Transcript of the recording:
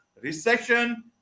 recession